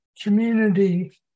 community